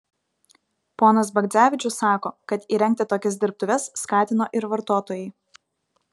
ponas bagdzevičius sako kad įrengti tokias dirbtuves skatino ir vartotojai